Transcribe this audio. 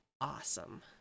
awesome